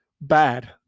Bad